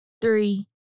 three